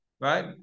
Right